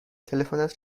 تلفنت